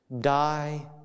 Die